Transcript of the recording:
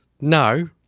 no